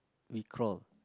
we crawl